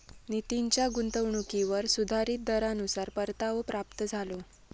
नितीनच्या गुंतवणुकीवर सुधारीत दरानुसार परतावो प्राप्त झालो